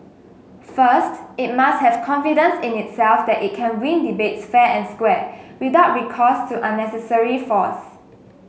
first it must have confidence in itself that it can win debates fair and square without recourse to unnecessary force